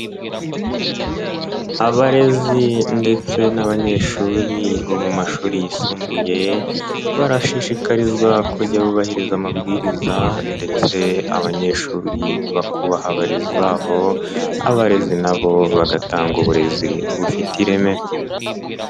Abarezi ndetse n'abanyeshuri bo mu mashuri yisumbuye barashishikarizwa kujya bubahiriza amabwiriza ndetse abanyeshuri bakubaha abarezi babo, abarezi nabo bagatanga uburezi bufite ireme.